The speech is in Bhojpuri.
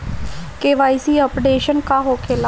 के.वाइ.सी अपडेशन का होखेला?